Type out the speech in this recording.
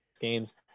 games